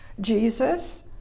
Jesus